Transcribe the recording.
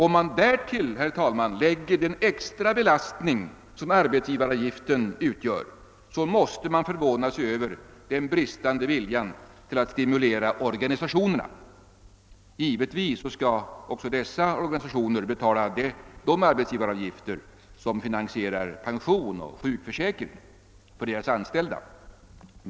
Om man därtill lägger den extra belastning som arbetsgivaravgiften utgör, måste man förvåna sig över den bristande viljan till att stimulera organisationerna. Givetvis skall också dessa organisationer betala de arbetsgivaravgifter som finansierar pension och sjukförsäkring för deras anställda.